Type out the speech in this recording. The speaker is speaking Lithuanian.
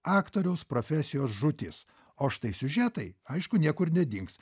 aktoriaus profesijos žūtis o štai siužetai aišku niekur nedings